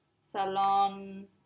Salon